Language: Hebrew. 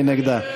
מי נגדה?